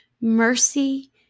mercy